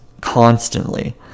constantly